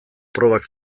probak